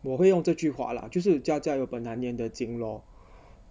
我会用这句话 lah 就是家家有本难念的经 lor